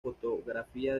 fotografía